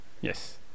Yes